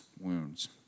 wounds